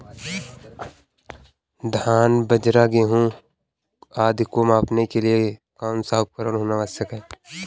धान बाजरा गेहूँ आदि को मापने के लिए कौन सा उपकरण होना आवश्यक है?